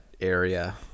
area